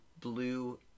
blue